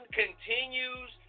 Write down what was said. continues